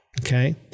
okay